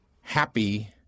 happy